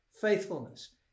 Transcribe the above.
faithfulness